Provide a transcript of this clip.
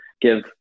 give